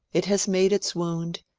it has made its wound,